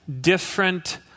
different